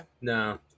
No